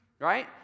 right